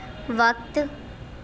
وقت